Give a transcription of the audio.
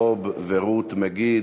בוב ורות מגיד,